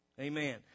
Amen